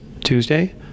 Tuesday